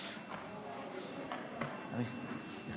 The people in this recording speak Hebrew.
שלוש